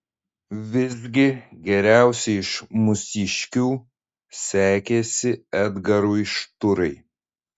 visgi geriausiai iš mūsiškių sekėsi edgarui šturai